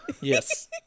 Yes